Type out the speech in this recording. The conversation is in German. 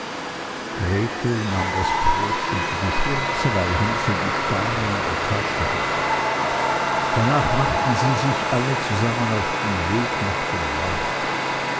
gretel nahm das brot unter die schürze weil hänsel die steine in der tasche hatte danach machten sie sich alle zusammen auf den weg nach dem wald